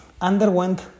underwent